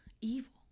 evil